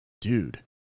dude